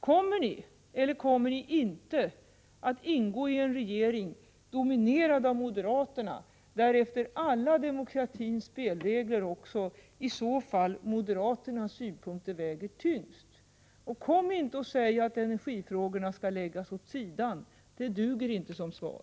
Kommer ni inom centern, eller kommer ni inte, att ingå i en regering dominerad av moderaterna, där enligt alla demokratins spelregler i så fall också moderaternas synpunkter väger tyngst? Säg inte att energifrågorna skall läggas åt sidan! Det duger inte som svar.